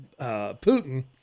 Putin